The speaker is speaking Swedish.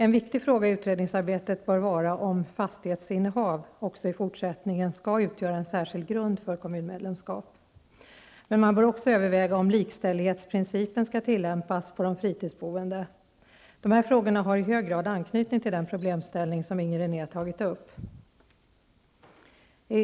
En viktig fråga i utredningsarbetet bör vara om fastighetsinnehav också i fortsättningen skall utgöra en särskild grund för kommunmedlemskap. Man bör också överväga om likställighetsprincipen skall tillämpas på de fritidsboende. De här frågorna har i hög grad anknytning till den problemställning som Inger René tagit upp.